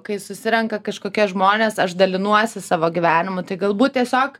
kai susirenka kažkokie žmonės aš dalinuosi savo gyvenimu tai galbūt tiesiog